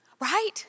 right